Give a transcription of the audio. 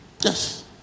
Yes